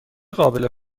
قابل